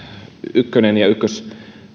ykkönen ja